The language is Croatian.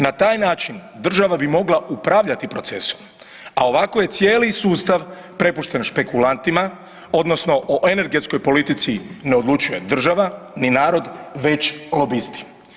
Na taj način država bi mogla upravljati procesom, a ovako je cijeli sustav prepušten špekulantima, odnosno o energetskoj politici ne odlučuje država ni narod već lobisti.